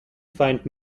find